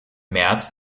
märz